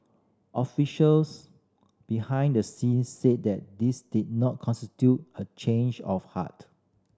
officials behind the scenes said that this did not constitute a change of heart